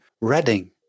Reading